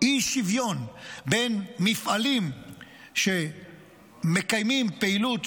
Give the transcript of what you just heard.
אי-שוויון בין מפעלים שמקיימים פעילות,